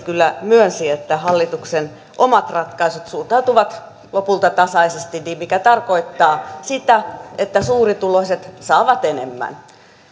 kyllä myönsi että hallituksen omat ratkaisut suuntautuvat lopulta tasaisesti mikä tarkoittaa sitä että suurituloiset saavat enemmän